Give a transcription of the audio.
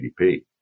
GDP